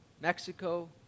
Mexico